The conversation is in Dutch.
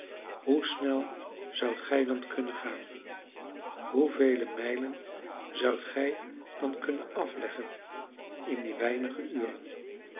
ochtend hoe snel zoudt gij dan kunnen gaan hoevele mijlen zoudt gij dan kunnen afleggen in die weinige uren